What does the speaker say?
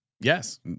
Yes